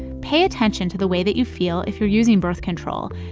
pay attention to the way that you feel if you're using birth control,